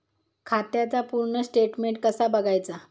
खात्याचा पूर्ण स्टेटमेट कसा बगायचा?